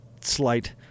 slight